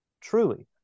truly